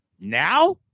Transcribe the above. Now